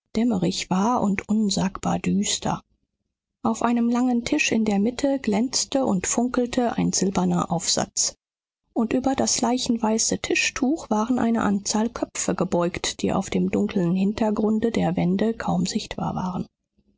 dämmerig war und unsagbar düster auf einem langen tisch in der mitte glänzte und funkelte ein silberner aufsatz und über das leichenweiße tischtuch waren eine anzahl köpfe gebeugt die auf dem dunkeln hintergrunde der wände kaum sichtbar waren